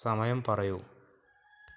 സമയം പറയൂ